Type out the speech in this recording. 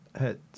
hit